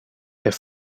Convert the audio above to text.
est